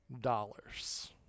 dollars